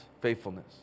faithfulness